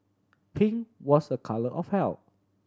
pink was a colour of health